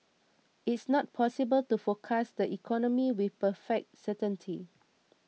it's not possible to forecast the economy with perfect certainty